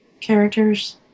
characters